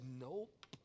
Nope